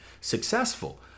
successful